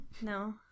No